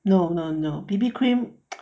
no no no B_B cream